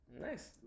Nice